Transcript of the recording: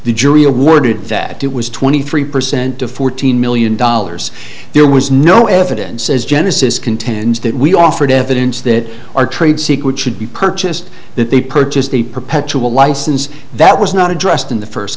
the jury awarded that it was twenty three percent of fourteen million dollars there was no evidence as genesis contends that we offered evidence that our trade secrets should be purchased that they purchased a perpetual license that was not addressed in the first